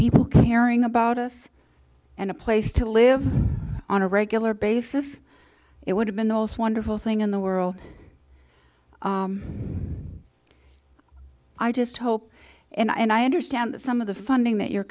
people caring about us and a place to live on a regular basis it would have been the most wonderful thing in the world i just hope and i understand that some of the funding that you're